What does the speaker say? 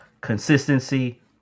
consistency